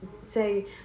say